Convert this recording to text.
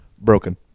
Broken